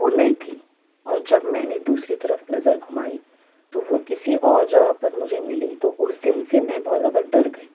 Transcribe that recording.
وہ نہیں تھی اور جب میں نے دوسری طرف نظر گھمائی تو وہ کسی اور جگہ پر مجھے ملی تو اس دن سے میں بہت زیادہ ڈر گئی